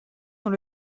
dans